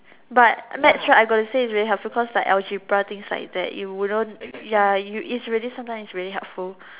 but maths right I got to say it's very helpful cause like algebra things like that you wouldn't ya you it's really sometimes it's really helpful